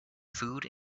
food